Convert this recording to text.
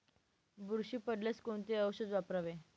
बुरशी पडल्यास कोणते औषध वापरावे?